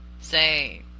say